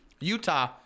Utah